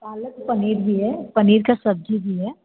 पालक पनीर भी है पनीर का सब्ज़ी भी है